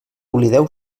oblideu